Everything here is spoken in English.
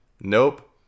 nope